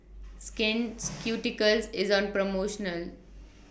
Skin Ceuticals IS on promotional